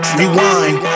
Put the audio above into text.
rewind